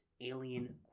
Alien